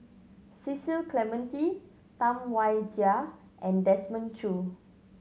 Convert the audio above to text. Cecil Clementi Tam Wai Jia and Desmond Choo